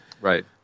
Right